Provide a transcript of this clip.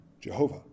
Jehovah